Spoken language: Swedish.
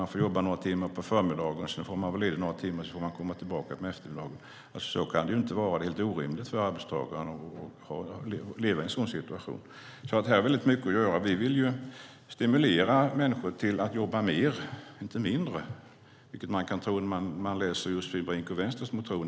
Man får jobba några timmar under förmiddagen och sedan får man vara ledig några timmar innan man kommer tillbaka och jobbar igen på eftermiddagen. Så kan det ju inte vara. Det här helt orimligt för arbetstagaren att leva i en sådan situation. Här finns alltså väldigt mycket att göra. Vi vill ju stimulera människor till att jobba mer, inte mindre som man kan tro när man läser Josefin Brinks och Vänsterns motion.